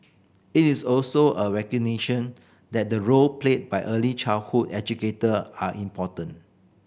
it is also a recognition that the role played by early childhood educator are important